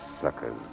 suckers